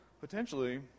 potentially